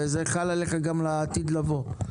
זה חל עליך גם לעתיד לבוא.